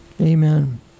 Amen